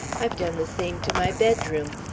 i've done the same to my bedroom.